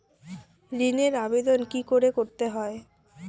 ঋণের আবেদন কি করে করতে হয়?